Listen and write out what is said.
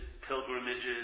pilgrimages